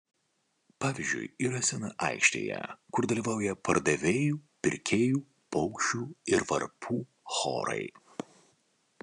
pavyzdžiui yra scena aikštėje kur dalyvauja pardavėjų pirkėjų paukščių ir varpų chorai